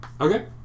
Okay